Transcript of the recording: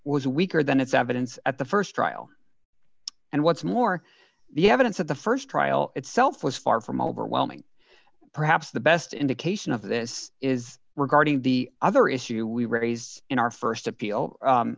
was weaker than its evidence at the st trial and what's more the evidence of the st trial itself was far from overwhelming perhaps the best indication of this is regarding the other issue we raised in our st appeal